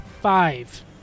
five